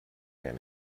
man